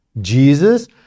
Jesus